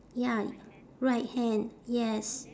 ya right hand yes